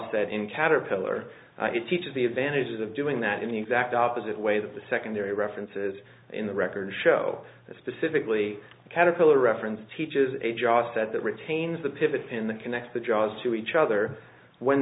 set in caterpillar it teaches the advantages of doing that in the exact opposite way that the secondary references in the record show specifically caterpillar reference teaches a job set that retains the pivot pin the connect the jobs to each other when